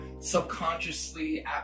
subconsciously